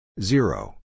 Zero